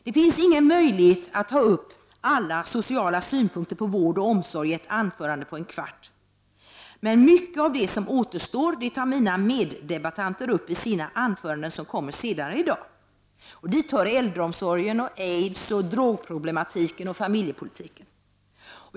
Det finns ingen möjlighet att ta upp alla sociala synpunkter på vård och omsorg i ett anförande på en kvart, men mycket av det som återstår tar mina meddebattanter upp i sina anföranden som kommer senare i dag. Dit hör äldreomsorgen, aidsoch drogproblematiken samt familjepolitiken.